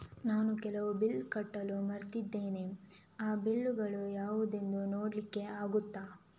ನಾನು ಕೆಲವು ಬಿಲ್ ಕಟ್ಟಲು ಮರ್ತಿದ್ದೇನೆ, ಆ ಬಿಲ್ಲುಗಳು ಯಾವುದೆಂದು ನೋಡ್ಲಿಕ್ಕೆ ಆಗುತ್ತಾ?